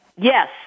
Yes